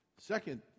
Second